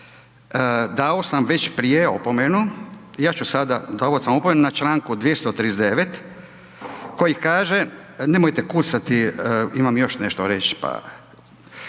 dao sam već prije opomenu, ja ću sada, dao sam opomenu na čl. 239. koji kaže, nemojte kucati, imam još nešto reć pa,